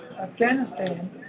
afghanistan